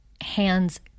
hands